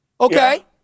Okay